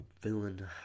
villain